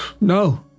No